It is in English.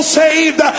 saved